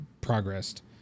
progressed